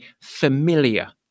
familiar